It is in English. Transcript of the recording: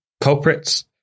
culprits